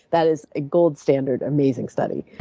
that is a gold standard, amazing study.